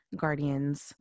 guardians